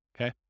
okay